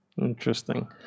Interesting